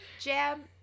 jam